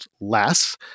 less